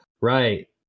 right